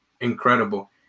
incredible